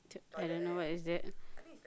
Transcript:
I dunno what is that